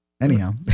Anyhow